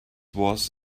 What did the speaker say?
was